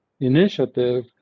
initiative